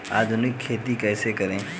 आधुनिक खेती कैसे करें?